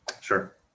Sure